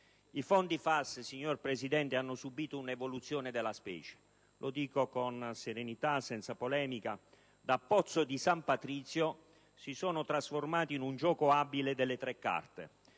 I fondi FAS hanno subito una evoluzione della specie. Lo dico con serenità e senza polemica: da pozzo di San Patrizio si sono prima trasformati in un gioco abile delle tre carte